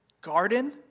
garden